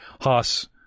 Haas